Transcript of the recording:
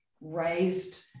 raised